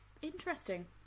interesting